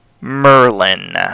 Merlin